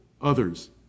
others